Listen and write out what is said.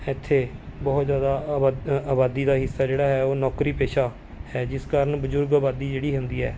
ਇੱਥੇ ਬਹੁਤ ਜ਼ਿਆਦਾ ਅਬਾ ਆਬਾਦੀ ਦਾ ਹਿੱਸਾ ਜਿਹੜਾ ਹੈ ਉਹ ਨੌਕਰੀ ਪੇਸ਼ਾ ਹੈ ਜਿਸ ਕਾਰਨ ਬਜ਼ੁਰਗ ਅਬਾਦੀ ਜਿਹੜੀ ਹੁੰਦੀ ਹੈ